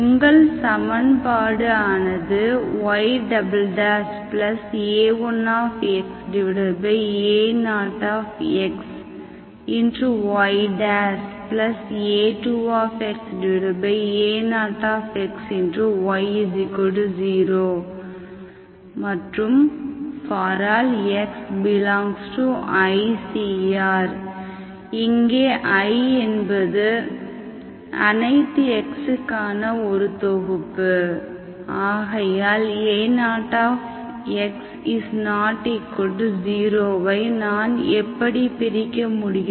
உங்கள் சமன்பாடு ஆனது ya1xa0xya2xa0xy0 மற்றும் ∀x∈ICR இங்கே Iஎன்பது அனைத்து x இக்கான ஒரு தொகுப்பு ஆகையால் a0x≠0 ஐ நான் எப்படி பிரிக்க முடியும்